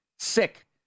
Sick